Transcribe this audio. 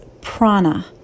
prana